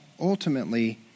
ultimately